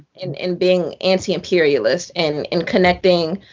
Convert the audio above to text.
and and being anti imperialist, and and connecting